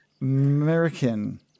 American